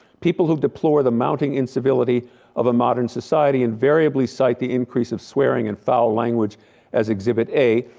people who deplore the mounting incivility of a modern society invariably sight the increase of swearing and foul language as exhibit a,